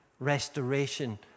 restoration